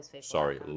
Sorry